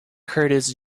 curtis